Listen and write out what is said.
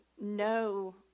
no